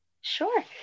Sure